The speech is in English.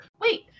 Wait